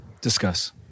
discuss